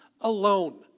alone